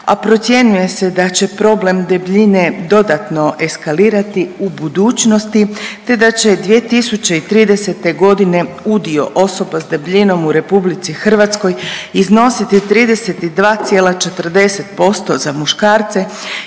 a procjenjuje se da će problem debljine dodatno eskalirati u budućnosti te da će 2030.g. udio osoba s debljinom u RH iznositi 32,40% za muškarce